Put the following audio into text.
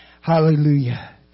Hallelujah